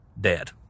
dead